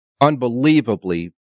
unbelievably